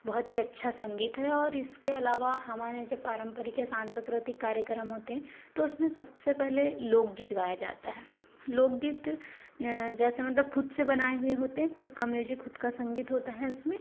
बहुत ही अच्छा संगीत है और इसके अलावा हमारे यहाँ जो पारंपरिक है सांस्कृतिक कार्यक्रम होते हैं तो उसमें सबसे पहले लोक गीत गाया जाता है लोक गीत जैसे मतलब खुद से बनाए हुए होते हैं खुद का म्यूजिक खुद का संगीत होता है उसमें